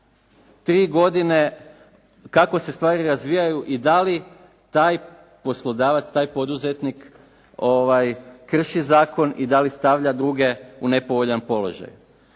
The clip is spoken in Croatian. tri godine kako se stvari razvijaju i da li taj poslodavac, taj poduzetnik krši zakon i da li stavlja druge u nepovoljan položaj.